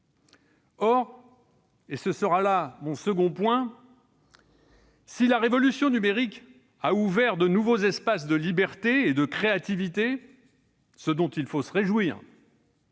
ce temps de l'insouciance. Or, si la révolution numérique a ouvert de nouveaux espaces de liberté et de créativité, ce dont il faut se réjouir,